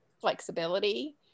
flexibility